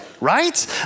right